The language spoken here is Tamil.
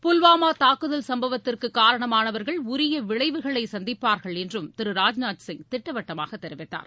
புல்வாமா தாக்குதல் சம்பவத்திற்கு காரணமானவர்கள் உரிய விளைவுகளை சந்திப்பார்கள் என்று திரு ராஜ்நாத் சிங் திட்டவட்டமாக தெரிவித்தார்